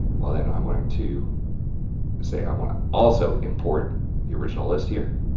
well, then, i'm going to say i want to also import the original list here.